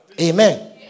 Amen